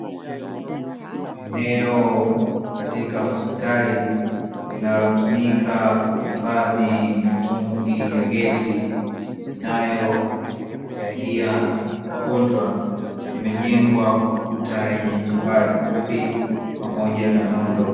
Eneo katika hospitali linalotumika kuhifadhi mitungi ya gesi inayosaidia wagonjwa, limejengwa kwa kuta lenye tofali fupi pamoja na nondo.